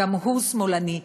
גם הוא שמאלני.